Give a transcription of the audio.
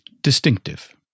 Distinctive